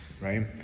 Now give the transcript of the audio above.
right